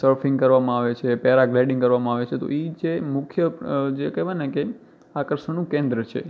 surfing કરવામાં આવે છે પેરાગ્લાઈડિંગ કરવામાં આવે છે તો એ જે મુખ્ય જે કહેવાય ને કે આકર્ષણનું કેન્દ્ર છે